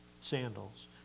sandals